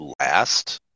last